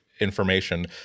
information